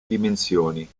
dimensioni